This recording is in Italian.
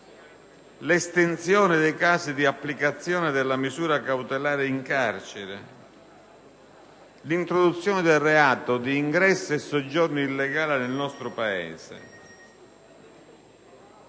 l'estensione dei casi di applicazione della misura cautelare in carcere e l'introduzione del reato di ingresso e soggiorno illegale nel nostro Paese.